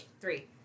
Three